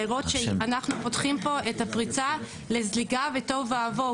למרות שאנחנו פותחים פה את הפריצה לזליגה ותוהו ובוהו